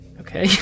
Okay